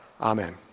Amen